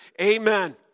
Amen